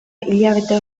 hilabete